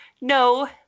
No